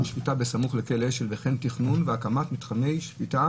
שפיטה בסמוך לכלא אשל וכן תכנון והקמת מתחמי שפיטה